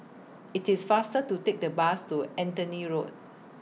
IT IS faster to Take The Bus to Anthony Road